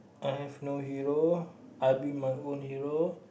I have no hero I be my own hero